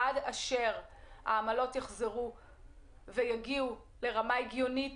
עד אשר העמלות יחזרו לרמה הגיונית